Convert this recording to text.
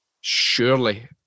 surely